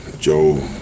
Joe